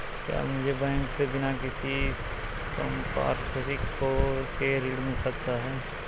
क्या मुझे बैंक से बिना किसी संपार्श्विक के ऋण मिल सकता है?